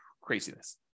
Craziness